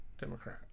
Democrat